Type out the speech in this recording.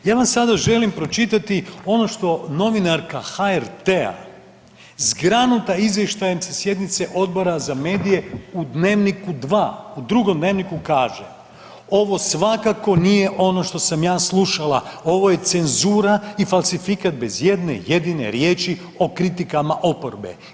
Ja vam sada želim pročitati ono što novinarka HRT-a zgranuta izvještajem sa sjednice Odbora za medije u Dnevniku 2, u drugom dnevniku kaže, ovo svakako nije ono što sam ja slušala, ovo je cenzura i falsifikat bez jedne jedine riječi o kritikama oporbe.